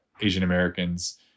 Asian-Americans